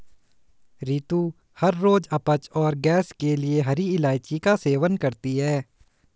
रितु हर रोज अपच और गैस के लिए हरी इलायची का सेवन करती है